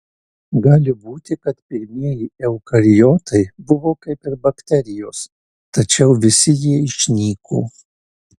gali būti kad pirmieji eukariotai buvo kaip ir bakterijos tačiau visi jie išnyko